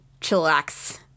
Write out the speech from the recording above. chillax